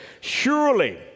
Surely